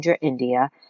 India